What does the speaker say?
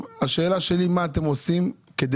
השאלה שלי לרשות המיסים מה אתם עושים כדי